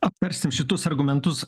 aptarsim kitus argumentus